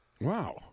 Wow